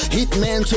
Hitman